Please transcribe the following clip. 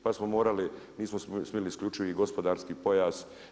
Pa smo morali, nismo smjeli isključivi gospodarski pojas.